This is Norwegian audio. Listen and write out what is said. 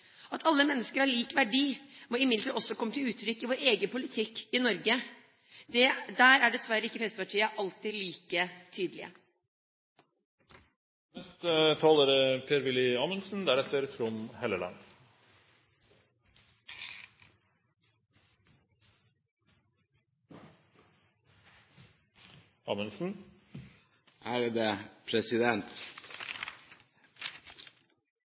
At alle mennesker har lik verdi, må imidlertid også komme til uttrykk i vår egen politikk i Norge. Der er dessverre ikke Fremskrittspartiet alltid like tydelig. Den saken vi behandler her i dag, handler dypest sett kanskje om noen av de viktigste sidene som er